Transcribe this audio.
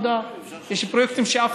יש פרויקטים שאין להם מנהל עבודה,